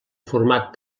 format